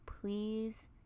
please